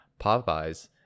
Popeyes